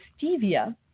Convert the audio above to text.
Stevia